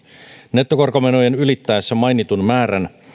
nettokorkomenojen ylittäessä mainitun määrän